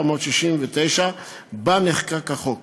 שבה נחקק החוק,